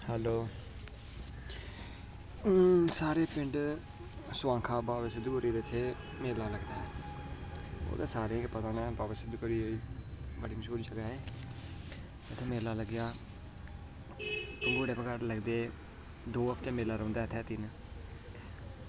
hello हून साढ़े पिंड स्वांखा बाबा सिद्ध गौरिया दा इत्थै मेला लगदा ओह् ते सारें गी पता होना कि बाबा सिद्ध गौरिया बड़ी मश्हूर जगह ऐ उत्थै मेला लग्गेआ ते नुहाड़े कोला लगदे दो हफ्ता मेला रौंह्दा इत्थै दो तिन्न